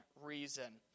reason